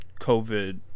COVID